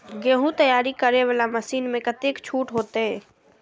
गेहूं तैयारी करे वाला मशीन में कतेक छूट होते?